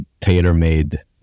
tailor-made